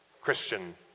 Christian